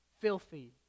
Filthy